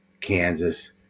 Kansas